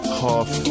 half